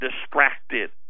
distracted